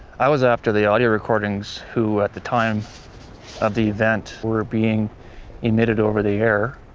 i was after the audio recordings, who at the time of the event were being emitted over the air,